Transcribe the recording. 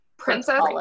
Princess